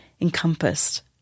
encompassed